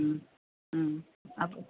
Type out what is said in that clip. ம் ம் அப்போ